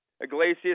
Iglesias